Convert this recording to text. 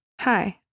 Hi